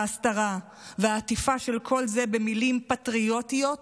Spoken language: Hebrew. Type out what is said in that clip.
ההסתרה והעטיפה של כל זה במילים פטריוטיות,